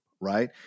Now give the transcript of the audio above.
right